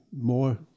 more